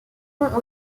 fonds